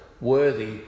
worthy